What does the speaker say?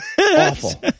Awful